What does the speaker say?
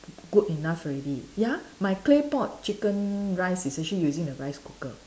good enough already ya my clay pot chicken rice is actually using the rice cooker